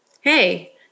hey